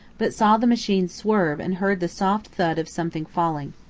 but saw the machine swerve and heard the soft thud of something falling.